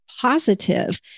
positive